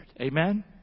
Amen